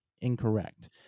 incorrect